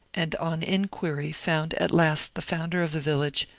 and on inquiry found at last the founder of the village,